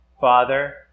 Father